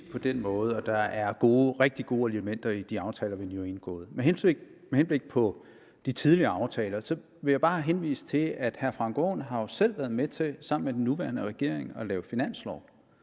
på den måde, at der er rigtig gode elementer i de aftaler, vi har indgået. Med hensyn til de tidligere aftaler vil jeg bare henvise til, at hr. Frank Aaen jo selv har været med til sammen med den nuværende regering at lave finanslov.